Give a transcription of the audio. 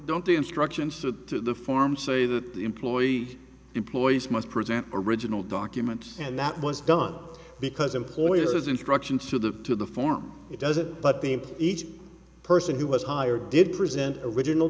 don't instructions to the form say that the employee employees must present original documents and that was done because employers instructions to the to the form it doesn't but the each person who was hired did present original